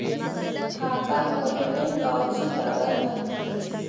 खाता खोले में कौचि लग है?